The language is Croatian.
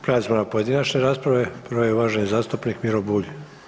Prelazimo na pojedinačne rasprave, prvi je uvaženi zastupnik Miro Bulj.